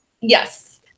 Yes